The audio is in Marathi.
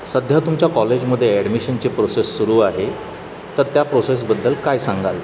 सध्या तुमच्या कॉलेजमध्ये ॲडमिशनची प्रोसेस सुरू आहे तर त्या प्रोसेसबद्दल काय सांगाल